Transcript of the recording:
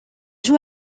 joue